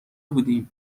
بودیم